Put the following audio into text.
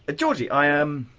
ah georgie, i, um